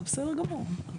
זה בסדר גמור.